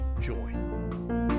join